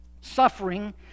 Suffering